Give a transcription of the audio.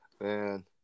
Man